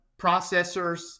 processors